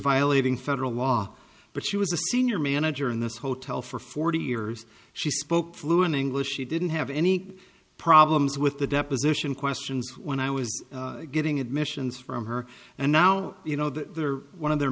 violating federal law but she was a senior manager in this hotel for forty years she spoke fluent english she didn't have any problems with the deposition questions when i was getting admissions from her and now you know that one of their